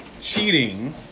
cheating